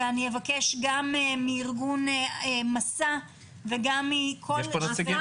אני אבקש גם מארגון מסע וסלע, גם כפר הנוער